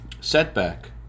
setback